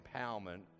empowerment